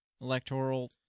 electoral